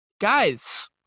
Guys